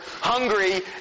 hungry